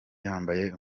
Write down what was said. yambaye